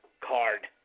card